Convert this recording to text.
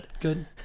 Good